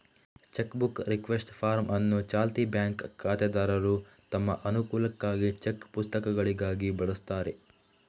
check book request form ಅನ್ನು ಚಾಲ್ತಿ bank ಖಾತೆದಾರರು ತಮ್ಮ ಅನುಕೂಲಕ್ಕಾಗಿ ಚೆಕ್ ಪುಸ್ತಕಗಳಿಗಾಗಿ ಬಳಸ್ತಾರೆ